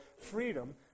freedom